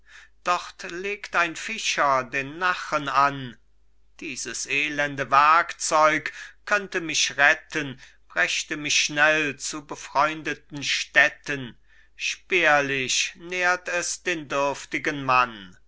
dort legt ein fischer den nachen an diesen elende werkzeug könnte mich retten brächte mich schnell zu befreundeten städten spärlich nährt es den dürftigen mann